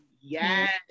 Yes